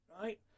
Right